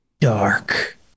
dark